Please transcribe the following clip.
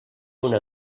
una